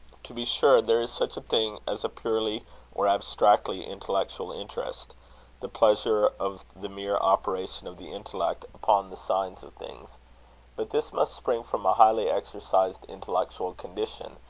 to be sure, there is such a thing as a purely or abstractly intellectual interest the pleasure of the mere operation of the intellect upon the signs of things but this must spring from a highly exercised intellectual condition,